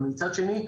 אבל מצד שני,